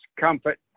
comfort